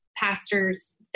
pastor's